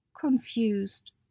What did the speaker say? confused